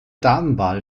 damenwahl